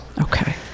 Okay